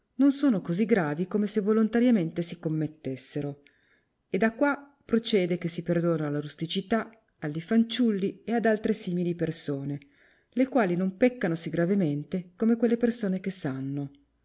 non sono cosi gravi come se volontariamente si commettessero e da qua procede che si perdona alla rusticità alli fanciulli e ad altre simili persone le quali non peccano sì gravemente come quelle persone che sanno